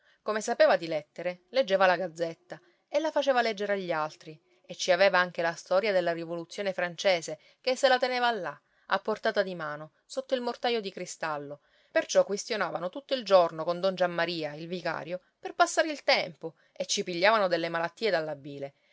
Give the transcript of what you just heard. come sapeva di lettere leggeva la gazzetta e la faceva leggere agli altri e ci aveva anche la storia della rivoluzione francese che se la teneva là a portata di mano sotto il mortaio di cristallo perciò quistionavano tutto il giorno con don giammaria il vicario per passare il tempo e ci pigliavano delle malattie dalla bile